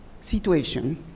situation